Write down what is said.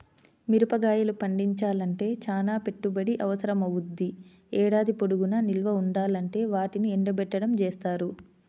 మిరగాయలు పండించాలంటే చానా పెట్టుబడి అవసరమవ్వుద్ది, ఏడాది పొడుగునా నిల్వ ఉండాలంటే వాటిని ఎండబెట్టడం జేత్తారు